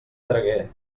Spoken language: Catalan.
tragué